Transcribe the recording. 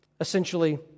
essentially